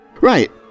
Right